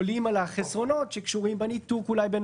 עולים על החסרונות שקשורים בניתוק אולי בין